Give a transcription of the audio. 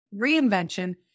reinvention